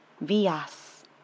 vias